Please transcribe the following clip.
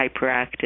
hyperactive